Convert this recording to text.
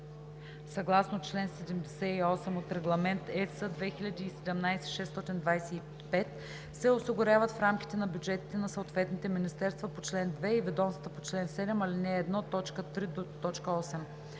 съгласно чл. 78 от Регламент (ЕС) 2017/625 се осигуряват в рамките на бюджетите на съответните министерства по чл. 2 и ведомства по чл. 7, ал. 1, т.